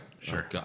Sure